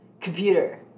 Computer